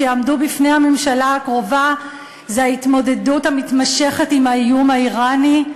שיעמדו בפני הממשלה הקרובה הוא ההתמודדות המתמשכת עם האיום האיראני,